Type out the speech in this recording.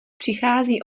přichází